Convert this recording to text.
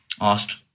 asked